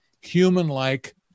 human-like